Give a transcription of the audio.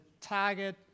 target